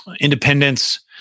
Independence